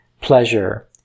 pleasure